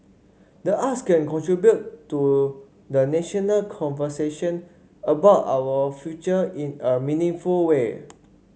the arts can contribute to the national conversation about our future in a meaningful way